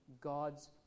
God's